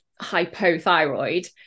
hypothyroid